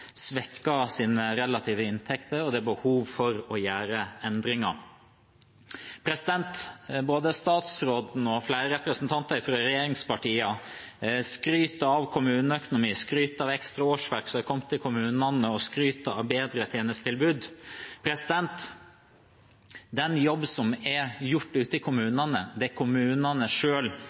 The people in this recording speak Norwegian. sine relative inntekter, og det er behov for å gjøre endringer. Både statsråden og flere representanter fra regjeringspartiene skryter av kommuneøkonomien, skryter av ekstra årsverk som har kommet i kommunene, og skryter av bedre tjenestetilbud. Den jobben som er gjort ute i kommunene, er det kommunene